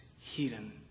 hidden